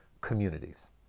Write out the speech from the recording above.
communities